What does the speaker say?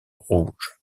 rouge